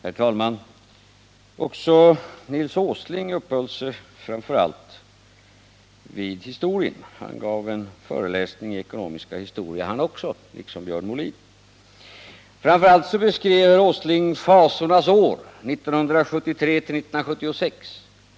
Herr talman! Också Nils Åsling uppehöll sig framför allt vid historien. Han gav en föreläsning i ekonomisk historia, liksom Björn Molin. Först och främst beskrev herr Åsling fasornas år — åren 1973 till 1976.